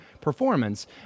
performance